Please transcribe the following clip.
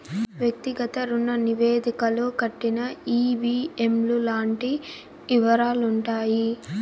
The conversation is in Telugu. వ్యక్తిగత రుణ నివేదికలో కట్టిన ఈ.వీ.ఎం లు లాంటి యివరాలుంటాయి